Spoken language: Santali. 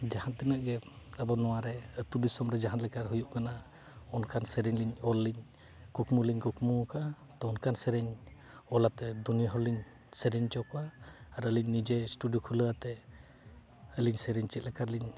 ᱡᱟᱦᱟᱸ ᱛᱤᱱᱟᱹᱜ ᱜᱮ ᱟᱵᱚ ᱱᱚᱣᱟ ᱨᱮ ᱟᱹᱛᱩ ᱫᱤᱥᱚᱢ ᱨᱮ ᱡᱟᱦᱟᱸ ᱞᱮᱠᱟ ᱦᱩᱭᱩᱜ ᱠᱟᱱᱟ ᱚᱱᱠᱟᱱ ᱥᱮᱨᱮᱧ ᱞᱤᱧ ᱚᱞ ᱞᱤᱧ ᱠᱩᱠᱢᱩ ᱞᱤᱧ ᱠᱩᱠᱢᱩᱣᱟᱠᱟᱜᱼᱟ ᱛᱚ ᱚᱱᱠᱟᱱ ᱥᱮᱨᱮᱧ ᱚᱞ ᱟᱛᱮᱫ ᱫᱩᱱᱤᱭᱟᱹ ᱦᱚᱲ ᱞᱤᱧ ᱥᱮᱨᱮᱧ ᱦᱚᱪᱚ ᱠᱚᱣᱟ ᱟᱨ ᱟᱹᱞᱤᱧ ᱱᱤᱡᱮ ᱤᱥᱴᱩᱰᱤᱭᱳ ᱠᱷᱩᱞᱟᱹᱣ ᱠᱟᱛᱮᱫ ᱟᱹᱞᱤᱧ ᱥᱮᱨᱮᱧ ᱪᱮᱫᱠᱟᱞᱤᱧ